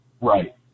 Right